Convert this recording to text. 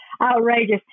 outrageous